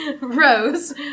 Rose